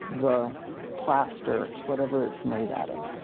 the plaster, whatever it's made out of.